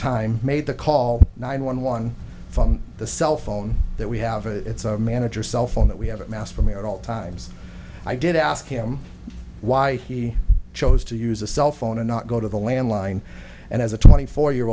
time made the call nine one one from the cell phone that we have a manager cell phone that we have amassed for me at all times i did ask him why he chose to use a cell phone and not go to the landline and as a twenty four year